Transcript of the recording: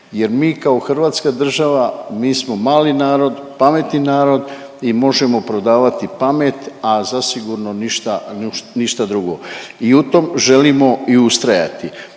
jer mi kao hrvatska država mi smo mali narod, pametni narod i možemo prodavati pamet, a zasigurno ništa, ništa drugo i u tom želimo i ustrajati.